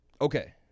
okay